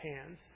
hands